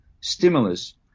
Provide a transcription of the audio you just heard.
stimulus